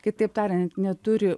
kitaip tariant neturi